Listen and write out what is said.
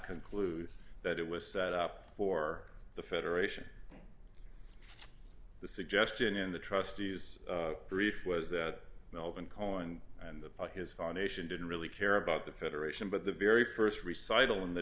conclude that it was set up for the federation the suggestion in the trustees brief was that melvin cohen and the his foundation didn't really care about the federation but the very st recycle in the